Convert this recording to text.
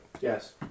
Yes